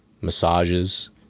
Massages